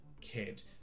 Kid